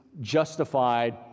justified